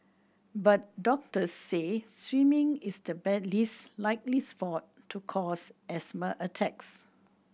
but doctors say swimming is the bad least likely sport to cause asthma attacks